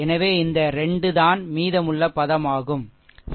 எனவே இந்த 2 தான் மீதமுள்ள பதம் ஆகும் சரி